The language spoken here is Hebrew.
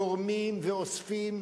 תורמים ואוספים.